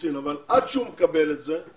האוכלוסין אבל עד שהוא מקבל את זה,